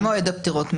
לפני מועד הפטירות,